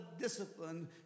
discipline